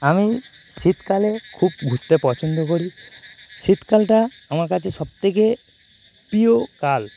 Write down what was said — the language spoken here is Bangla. আমি শীতকালে খুব ঘুরতে পছন্দ করি শীতকালটা আমার কাছে সব থেকে প্রিয় কাল